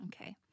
Okay